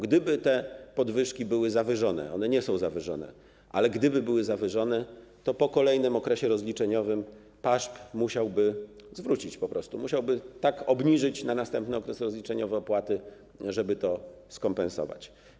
Gdyby te podwyżki były zawyżone, one nie są zawyżone, ale gdyby były zawyżone, to po kolejnym okresie rozliczeniowym PAŻP musiałby po prostu zwrócić środki, musiałby tak obniżyć na następny okres rozliczeniowy opłaty, żeby to skompensować.